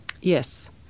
Yes